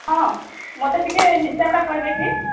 ହଁ ମୋତେ ଟିକେ ହିସାବଟା କହିବେ କି